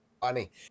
Funny